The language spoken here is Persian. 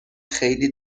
خیلی